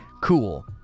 Cool